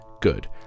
Good